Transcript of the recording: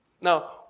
Now